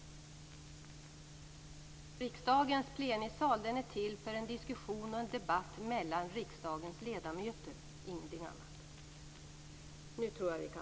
Riksdagens plenisal är till för en diskussion och en debatt mellan riksdagens ledamöter, ingenting annat.